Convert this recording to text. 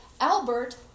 Albert